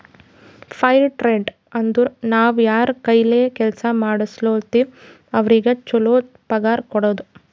fire trade ಅಂದುರ್ ನಾವ್ ಯಾರ್ ಕೈಲೆ ಕೆಲ್ಸಾ ಮಾಡುಸ್ಗೋತಿವ್ ಅವ್ರಿಗ ಛಲೋ ಪಗಾರ್ ಕೊಡೋದು